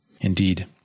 indeed